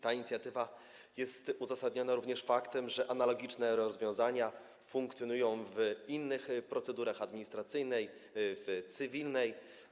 Ta inicjatywa jest uzasadniona również faktem, że analogiczne rozwiązania funkcjonują w innych procedurach: administracyjnej, cywilnej.